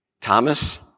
Thomas